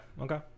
Okay